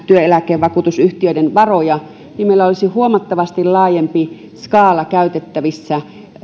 työeläkevakuutusyhtiöiden varoja niin meillä olisi huomattavasti laajempi skaala käytettävissämme